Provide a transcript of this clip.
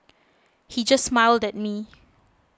he just smiled that me